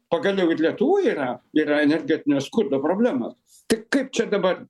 pagaliau ir lietuvoj yra yra energetinio skurdo problemos tai kaip čia dabar